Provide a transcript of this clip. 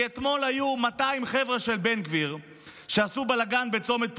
כי אתמול היו 200 חבר'ה של בן גביר שעשו בלגן בצומת פולג.